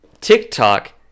TikTok